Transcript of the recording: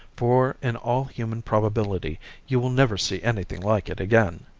for in all human probability you will never see anything like it again